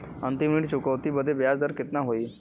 अंतिम ऋण चुकौती बदे ब्याज दर कितना होई?